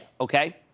Okay